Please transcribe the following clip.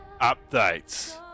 updates